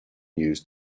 used